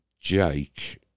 Jake